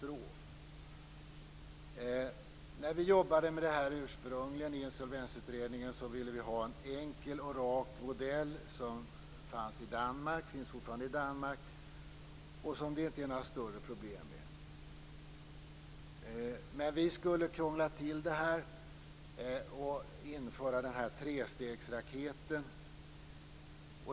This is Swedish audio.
När vi ursprungligen jobbade med det här i Insolvensutredningen ville vi ha en enkel och rak modell, som den som finns i Danmark och som det inte är några större problem med. Men sedan skulle vi krångla till det och införa den här trestegsraketen.